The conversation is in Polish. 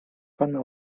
pan